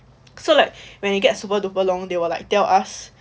so like when it get super duper long they were like tell us